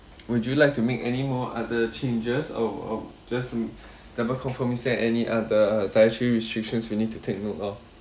would you like to make anymore other changes or or just double confirm is there any other dietary restrictions we need to take note of